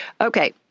Okay